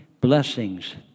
blessings